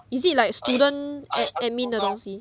is it like student ad~ admin 的东西